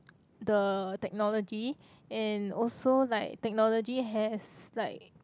the technology and also like technology has like